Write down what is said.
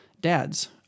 Dads